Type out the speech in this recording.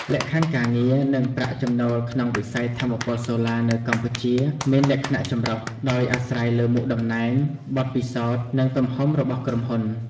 លក្ខខណ្ឌការងារ និងប្រាក់ចំណូលក្នុងវិស័យថាមពលសូឡានៅកម្ពុជាមានលក្ខណៈចម្រុះ ដោយអាស្រ័យលើមុខតំណែង បទពិសោធន៍ និងទំហំរបស់ក្រុមហ៊ុន។